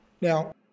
Now